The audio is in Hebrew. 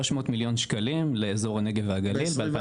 300 מיליון שקלים ב- 2021 לאזור הנגב והגליל.